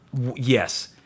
yes